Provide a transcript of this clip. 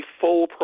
full